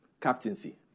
captaincy